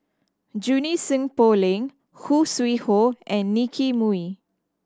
Junie Sng Poh Leng Khoo Sui Hoe and Nicky Moey